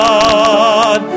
God